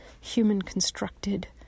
human-constructed